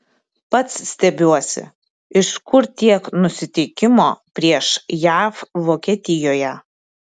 pats stebiuosi iš kur tiek nusiteikimo prieš jav vokietijoje